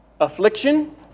affliction